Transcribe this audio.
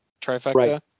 trifecta